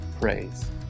praise